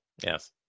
Yes